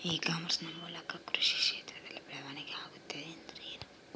E commerce ನ ಮೂಲಕ ಕೃಷಿ ಕ್ಷೇತ್ರದಲ್ಲಿ ಬದಲಾವಣೆ ಆಗುತ್ತಿದೆ ಎಂದರೆ ಏನು?